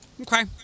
Okay